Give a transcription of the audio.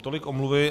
Tolik omluvy.